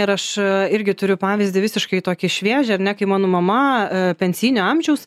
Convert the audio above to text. ir aš irgi turiu pavyzdį visiškai tokį šviežią ar ne kai mano mama pensinio amžiaus